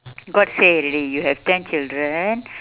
god say already you have ten children